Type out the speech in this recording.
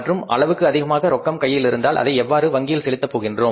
மற்றும் அளவுக்கு அதிகமான ரொக்கம் கையிலிருந்தால் அதை எவ்வாறு வங்கிக்கு செலுத்த போகின்றோம்